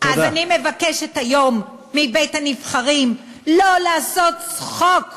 אז אני מבקשת היום מבית-הנבחרים שלא לעשות צחוק מבג"ץ,